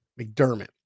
McDermott